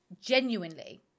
genuinely